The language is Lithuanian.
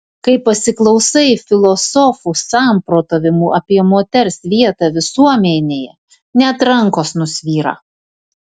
kai pasiklausai filosofų samprotavimų apie moters vietą visuomenėje net rankos nusvyra